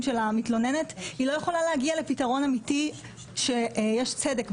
של המתלוננת היא לא יכולה להגיע לפתרון אמיתי שיש בו צדק.